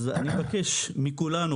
אני מבקש מכולנו,